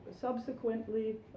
subsequently